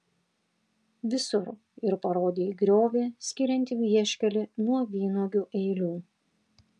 visur ir parodė į griovį skiriantį vieškelį nuo vynuogių eilių